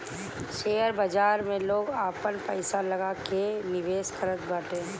share बाजार में लोग आपन पईसा लगा के निवेश करत बाटे